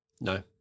No